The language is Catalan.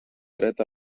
dret